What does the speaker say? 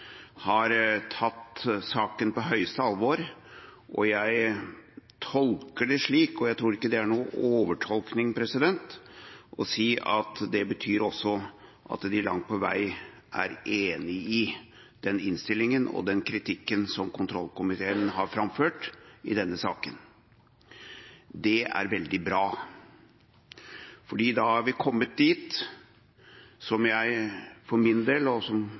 har tatt saken på høyeste alvor, og jeg tolker det slik – og jeg tror ikke det er noen overtolkning – at det vil si at det betyr også at de langt på vei er enig i den innstillingen og den kritikken som kontrollkomiteen har framført i denne saken. Det er veldig bra, for da er vi kommet dit hvor jeg for min del – og